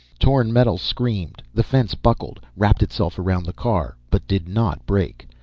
torn metal screamed, the fence buckled, wrapped itself around the car, but did not break.